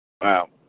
Wow